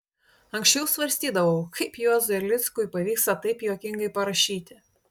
anksčiau svarstydavau kaip juozui erlickui pavyksta taip juokingai parašyti